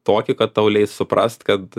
tokį kad tau leis suprast kad